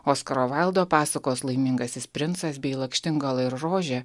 oskaro vaildo pasakos laimingasis princas bei lakštingala ir rožė